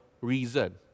reason